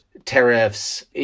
Tariffs